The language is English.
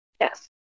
Yes